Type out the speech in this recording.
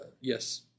Yes